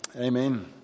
Amen